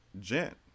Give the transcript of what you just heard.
gent